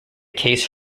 case